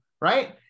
Right